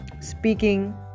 speaking